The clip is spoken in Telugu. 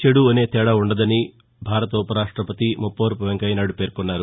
చెదు అనే తేడా ఉండదని భారత ఉప రాష్టపతి ముప్పవరపు వెంకయ్యనాయుడు పేర్కొన్నారు